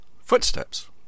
Footsteps